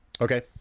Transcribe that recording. Okay